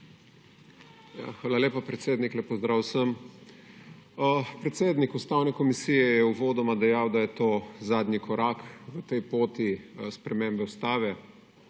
Hvala lepa, predsednik. Lep pozdrav vsem! Predsednik Ustavne komisije je uvodoma dejal, da je to zadnji korak v tej poti spremembe Ustave,